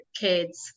kids